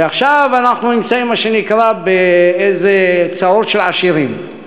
ועכשיו אנחנו נמצאים במה שנקרא צרות של עשירים,